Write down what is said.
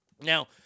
Now